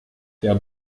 der